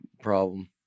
problem